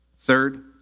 Third